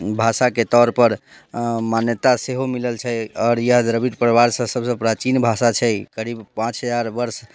भाषाके तौरपर मान्यता सेहो मिलल छै आओर यदरविद्र परिवालसँ सभसँ प्राचीन भाषा छै करीब पाँच हजार वर्ष